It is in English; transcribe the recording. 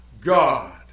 God